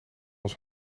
ons